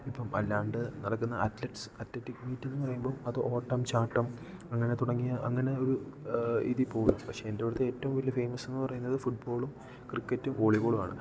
ഇപ്പം അല്ലാണ്ട് നടക്കുന്ന അത്ലറ്റ്സ് അത്ലെറ്റിക് മീറ്റെന്നു പറയുമ്പോൾ അത് ഓട്ടം ചാട്ടം അങ്ങനെ തുടങ്ങിയ അങ്ങനെ ഒരു ഇതിൽ പോകും പക്ഷേ എൻ്റെ അവിടുത്തെ ഏറ്റവും വലിയ ഫേമസ് എന്ന് പറയുന്നത് ഫുട്ബോളും ക്രിക്കറ്റും വോളിബോളും ആണ്